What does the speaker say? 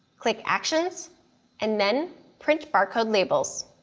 click actions and then print barcode labels.